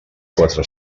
quatre